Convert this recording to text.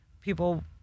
people